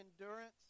endurance